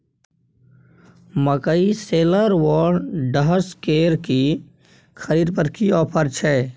मकई शेलर व डहसकेर की खरीद पर की ऑफर छै?